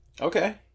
okay